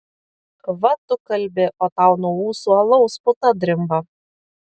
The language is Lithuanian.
va tu kalbi o tau nuo ūsų alaus puta drimba